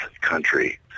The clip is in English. country